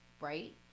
right